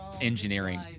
engineering